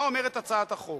מה אומרת הצעת החוק,